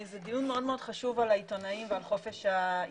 זה דיון מאוד מאוד חשוב על העיתונאים ועל חופש העיתונות,